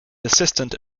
assistant